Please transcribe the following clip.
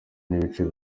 n’ibice